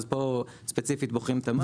אז פה ספציפית בוחרים את המע"מ.